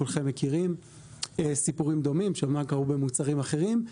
וכולכם מכירים סיפורים דומים של מוצרים אחרים.